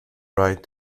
right